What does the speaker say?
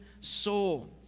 soul